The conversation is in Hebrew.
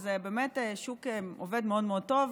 וזה באמת שוק שעובד מאוד מאוד טוב.